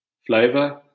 Flavor